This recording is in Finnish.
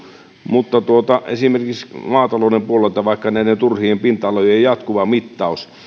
mutta otan esimerkiksi maatalouden puolelta vaikka pinta alojen jatkuvan turhan mittauksen